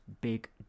Big